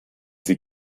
sie